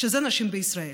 הנשים בישראל.